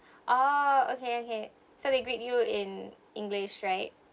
oh okay okay so they greet you in english right